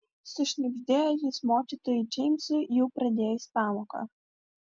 sušnibždėjo jis mokytojui džeimsui jau pradėjus pamoką